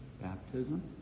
baptism